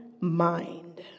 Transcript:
mind